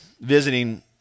visiting